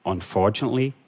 Unfortunately